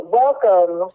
welcome